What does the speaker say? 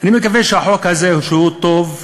אני מקווה שהחוק הזה, שהוא טוב,